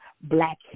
Black